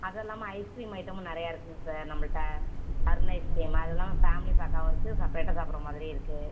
அது இல்லாமல் ice cream ஐட்டமும் நிறையா இருக்குதுங்க சார் நம்மள்ட்ட அருண் ஐஸ் க்ரீம் அது இல்லாமல் ஃபேமிலி பேக்காகவும் இருக்குது செப்ரேட்டாக சாப்பிட்ற மாதிரியும் இருக்குது